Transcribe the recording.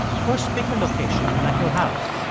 first, pick a location like your house.